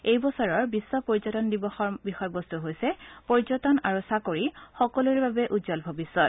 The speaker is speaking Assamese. এই বছৰৰ বিশ্ব পৰ্যটন দিৱসৰ বিষয়বস্তু হৈছে পৰ্যটন আৰু চাকৰি সকলোৰে বাবে উজ্জ্বল ভৱিষ্যত